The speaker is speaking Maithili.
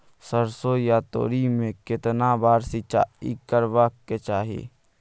सरसो या तोरी में केतना बार सिंचाई करबा के चाही?